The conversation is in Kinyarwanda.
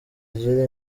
agira